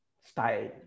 style